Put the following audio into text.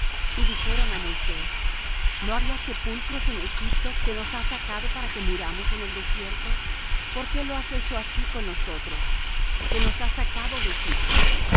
y dijeron á moisés no había sepulcros en egipto que nos has sacado para que muramos en el desierto por qué lo has hecho así con nosotros que nos has sacado de egipto